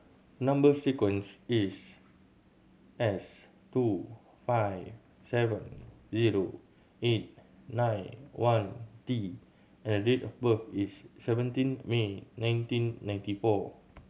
number sequence is S two five seven zero eight nine one T and date of birth is seventeen May nineteen ninety four